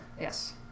Yes